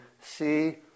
see